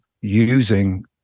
using